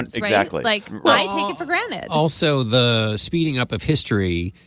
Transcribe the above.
and exactly. like well i take it for granted also the speeding up of history.